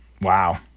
Wow